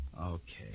Okay